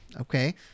Okay